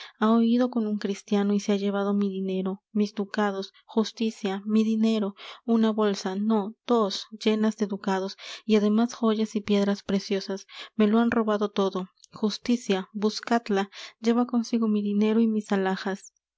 huido con un cristiano y se ha llevado mi dinero mis ducados justicia mi dinero una bolsa no dos llenas de ducados y ademas joyas y piedras preciosas me lo han robado todo justicia buscadla lleva consigo mi dinero y mis alhajas